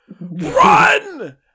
Run